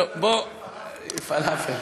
אומרים לי שהיה פלאפל.